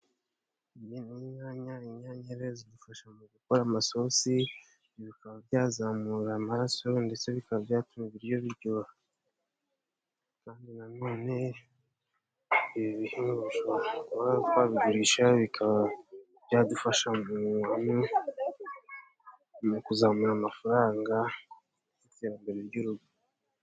Ziriya ni imyanya; inyanya rero zikoreshwa mu gukora amasosi, bikaba byazamura amaraso ndetse bikaba byatuma ibiryo biryoha, kandi nanone ibiryo twabigurisha bikaba byadufasha hamwee mu kuzamura amafaranga y'iterambere ry'urugo.